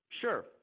Sure